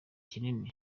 kinini